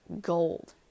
gold